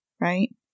right